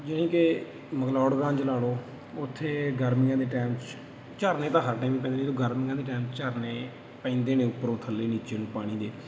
ਜਾਣੀ ਕਿ ਮਗਲੋੜਗੰਜ ਲਾ ਲਉ ਉੱਥੇ ਗਰਮੀਆਂ ਦੇ ਟਾਈਮ 'ਚ ਝਰਨੇ ਤਾਂ ਹਰ ਟਾਈਮ ਵੀ ਪੈਂਦੇ ਜਦੋਂ ਗਰਮੀਆਂ ਦੇ ਟਾਈਮ ਝਰਨੇ ਪੈਂਦੇ ਨੇ ਉੱਪਰੋਂ ਥੱਲੇ ਨੀਚੇ ਨੂੰ ਪਾਣੀ ਦੇ